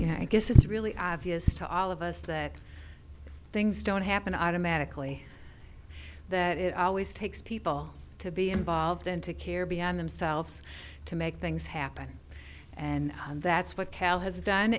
know i guess is really obvious to all of us that things don't happen automatically that it always takes people to be involved and to care beyond themselves to make things happen and that's what cal has done